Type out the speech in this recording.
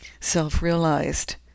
self-realized